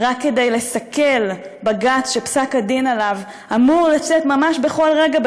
רק כדי לסכל בג"ץ שפסק הדין בו אמור לצאת ממש בכל רגע,